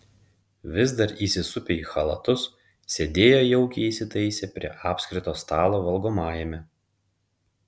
vis dar įsisupę į chalatus sėdėjo jaukiai įsitaisę prie apskrito stalo valgomajame